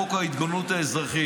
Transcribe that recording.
חוק ההתגוננות האזרחית,